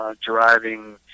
driving